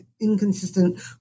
inconsistent